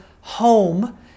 home